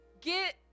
get